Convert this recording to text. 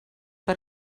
per